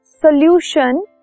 solution